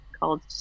called